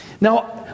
Now